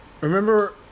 remember